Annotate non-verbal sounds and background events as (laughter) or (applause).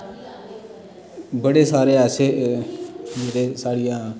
बड़े सारे ऐसे (unintelligible) आई आ